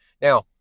Now